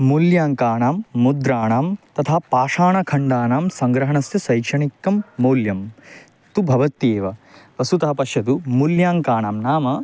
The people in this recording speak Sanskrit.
मूल्याङ्कानां मुद्राणां तथा पाषाणखण्डानां सङ्ग्रहणस्य शैक्षणिकं मौल्यं तु भवत्येव वस्तुतः पश्यतु मूल्याङ्कानां नाम